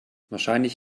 wahrscheinlich